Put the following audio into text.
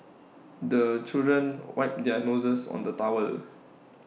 the children wipe their noses on the towel